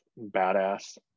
badass